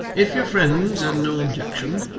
if your friends had no objection,